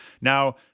now